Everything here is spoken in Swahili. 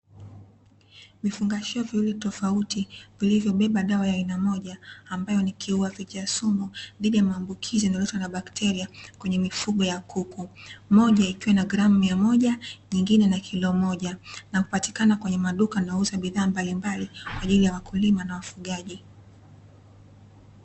Vifungashio viwili tofauti vilivyobeba dawa ya aina moja ambayo ni kiua vijasumu dhidi ya maambukizi yanayoletwa na bakteria kwenye mifugo ya kuku. Moja ikiwa na gramu mia moja nyingine ni kilo moja na hupatikana kwenye maduka nauza bidhaa mbalimbali kwa ajili ya wakulima na wafugaji.